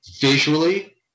visually